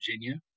Virginia